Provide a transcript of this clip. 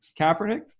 Kaepernick